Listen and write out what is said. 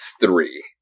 three